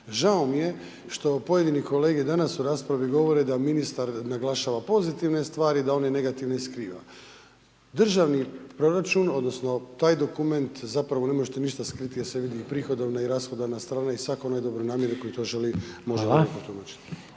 Žao mi je što pojedini kolege, danas u raspravi govore da ministar naglašava pozitivne stvari, da one negativne skriva. Državni proračun, odnosno, taj dokument zapravo ne možete ništa skriti jer se vidi i prihodovna i rashodovna strana i svatko onaj dobronamjerni koji to želi može lijepo